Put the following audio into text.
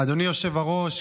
אדוני היושב-ראש,